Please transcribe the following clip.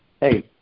hey